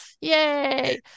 yay